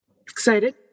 excited